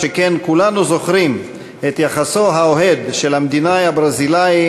שכן כולנו זוכרים את יחסו האוהד של המדינאי הברזילאי